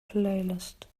playlist